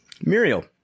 Muriel